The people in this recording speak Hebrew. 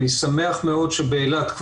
אני שמח מאוד שבאילת,